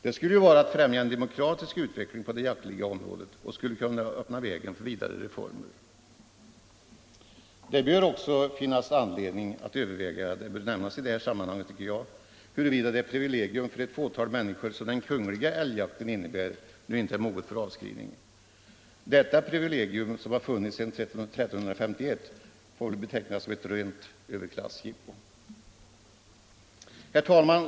Det skulle vara att främja en demokratisk utveckling på det jaktliga området, och det skulle kunna öppna vägen för vidare reformer. Det bör också finnas anledning att överväga — det tycker jag skall nämnas i detta sammanhang — huruvida det privilegium för ett fåtal människor som den kungliga älgjakten innebär nu inte är moget för avskrivning. Detta privilegium, som har funnits sedan 1351, får väl betecknas som ett rent överklassjippo. Herr talman!